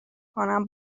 کنم